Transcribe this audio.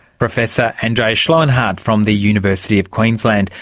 professor andreas schloenhardt from the university of queensland,